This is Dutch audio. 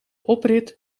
oprit